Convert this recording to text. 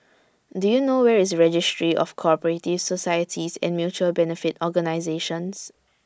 Do YOU know Where IS Registry of Co Operative Societies and Mutual Benefit Organisations